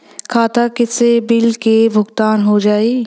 खाता से बिल के भुगतान हो जाई?